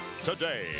Today